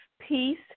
peace